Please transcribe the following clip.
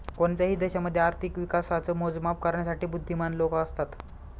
कोणत्याही देशामध्ये आर्थिक विकासाच मोजमाप करण्यासाठी बुध्दीमान लोक असतात